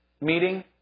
meeting